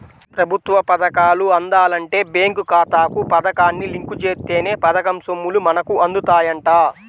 ప్రభుత్వ పథకాలు అందాలంటే బేంకు ఖాతాకు పథకాన్ని లింకు జేత్తేనే పథకం సొమ్ములు మనకు అందుతాయంట